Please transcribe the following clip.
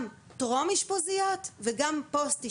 גם טרום אשפוזיות וגם פוסט אשפוזיות.